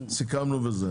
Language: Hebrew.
סיכמנו וזה.